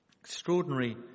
Extraordinary